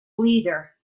leader